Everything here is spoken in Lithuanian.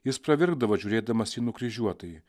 jis pravirkdavo žiūrėdamas į nukryžiuotąjį